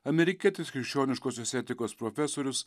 amerikietis krikščioniškosios etikos profesorius